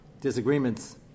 disagreements